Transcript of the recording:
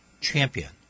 Champion